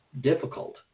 difficult